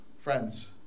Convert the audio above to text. friends